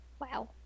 Wow